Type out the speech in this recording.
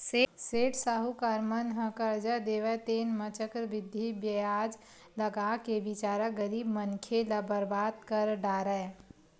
सेठ साहूकार मन ह करजा देवय तेन म चक्रबृद्धि बियाज लगाके बिचारा गरीब मनखे ल बरबाद कर डारय